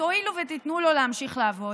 תואילו ותיתנו לו להמשיך לעבוד,